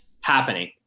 happening